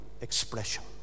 expression